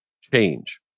change